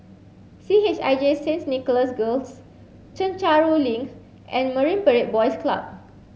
C H I J Saints Nicholas Girls Chencharu Link and Marine Parade Boys Club